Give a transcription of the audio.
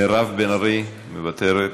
מירב בן ארי, מוותרת,